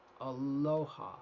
Aloha